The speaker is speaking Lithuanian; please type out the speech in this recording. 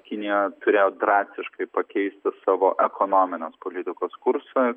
kinija turėjo drastiškai pakeisti savo ekonominės politikos kursą